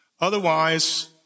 Otherwise